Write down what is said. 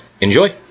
enjoy